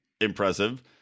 impressive